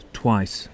twice